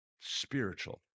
spiritual